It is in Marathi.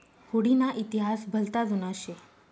हुडी ना इतिहास भलता जुना शे